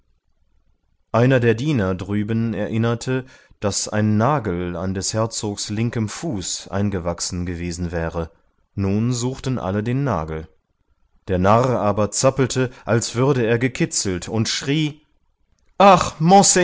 einer der diener drüben erinnerte daß ein nagel an des herzogs linkem fuß eingewachsen gewesen wäre nun suchten alle den nagel der narr aber zappelte als würde er gekitzelt und schrie ach